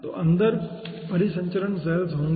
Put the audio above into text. तो अंदर परिसंचरण सेल्स होंगी